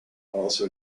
also